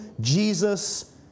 Jesus